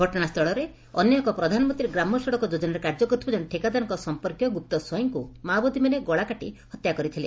ଘଟଣାସ୍କୁଳ ନିକଟରେ ଅନ୍ୟ ଏକ ପ୍ରଧାନମନ୍ତୀ ଗ୍ରାମ୍ୟ ସଡ଼କ ଯୋଜନାରେ କାର୍ଯ୍ୟ କରୁଥିବା ଜଶେ ଠିକାଦାରଙ୍କ ସମ୍ମର୍କିୟ ଗୁପ୍ତ ସ୍ୱାଇଁଙ୍କୁ ମାଓବାଦୀମାନେ ଗଳା କାଟି ହତ୍ୟା କରିଥିଲେ